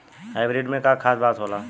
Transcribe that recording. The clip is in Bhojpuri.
हाइब्रिड में का खास बात होला?